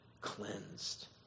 cleansed